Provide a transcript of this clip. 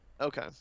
Okay